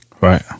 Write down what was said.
Right